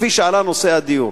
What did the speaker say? כפי שעלה נושא הדיור.